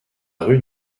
rue